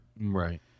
Right